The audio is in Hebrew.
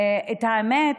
האמת,